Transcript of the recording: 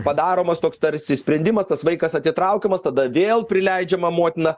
padaromas toks tarsi sprendimas tas vaikas atitraukiamas tada vėl prileidžiama motina